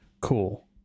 cool